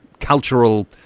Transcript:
cultural